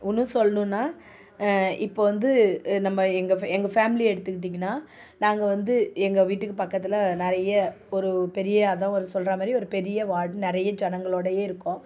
இன்னும் சொல்லணுன்னா இப்போ வந்து நம்ம எங்கள் எங்கள் ஃபேமிலியை எடுத்துக்கிட்டிங்கனா நாங்கள் வந்து எங்கள் வீட்டுக்கு பக்கத்தில் நிறைய ஒரு பெரிய அதான் ஒரு சொல்கிற மாதிரி ஒரு பெரிய வார்டு நிறைய ஜனங்களோட இருக்கோம்